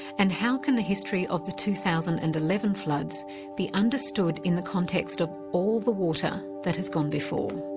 and how can the history of the two thousand and eleven floods be understood in the context of all the water that has gone before?